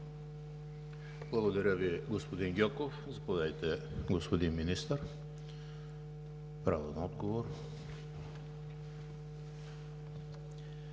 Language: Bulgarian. Благодаря Ви, господин Гьоков. Заповядайте, господин Министър – право на отговор.